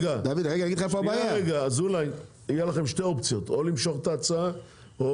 יש לכם שתי אופציות: או למשוך את ההצעה או